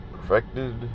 perfected